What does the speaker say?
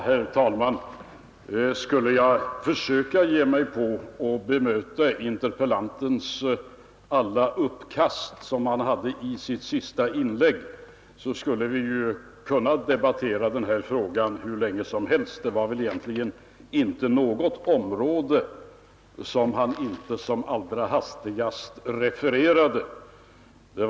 Herr talman! Skulle jag försöka ge mig på att bemöta interpellantens alla ”uppkast” som han gjorde i sitt inlägg skulle vi kunna debattera denna fråga hur länge som helst — det var väl egentligen inte något område som han inte åtminstone som allra hastigast refererade till.